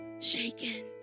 shaken